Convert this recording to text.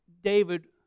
David